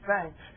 thanks